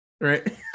Right